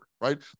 right